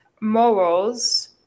morals